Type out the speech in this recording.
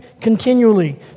continually